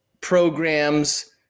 programs